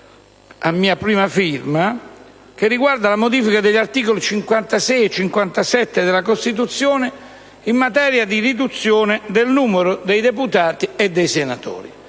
a mia prima firma, che riguarda la modifica degli articoli 56 e 57 della Costituzione in materia di riduzione del numero dei deputati e dei senatori,